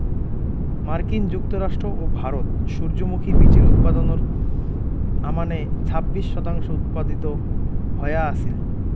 মার্কিন যুক্তরাষ্ট্র ও ভারত সূর্যমুখী বীচির উৎপাদনর আমানে ছাব্বিশ শতাংশ উৎপাদিত হয়া আছিল